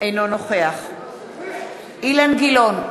אינו נוכח אילן גילאון,